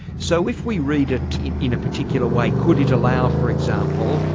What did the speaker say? so if we read it in a particular way could it allow, for example,